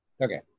okay